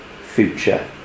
future